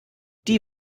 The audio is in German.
die